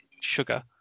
sugar